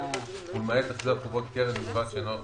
הזה, שאמור